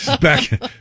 Back